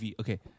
okay